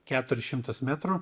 keturis šimtus metrų